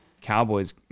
Cowboys